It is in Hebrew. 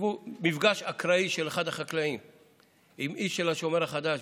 מפגש אקראי של אחד החקלאים עם איש של השומר החדש.